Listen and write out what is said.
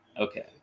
Okay